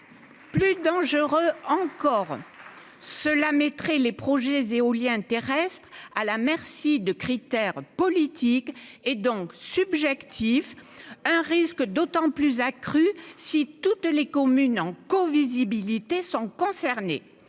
Plus dangereux encore, cela mettrait les projets éolien terrestre à la merci de critères politiques et donc subjectif, un risque d'autant plus accrues si toutes les communes en co-visibilité sont concernés